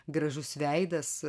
gražus veidas